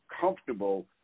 comfortable